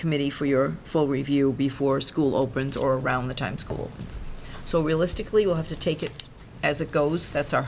committee for your full review before school opens or around the time school so realistically will have to take it as it goes that's our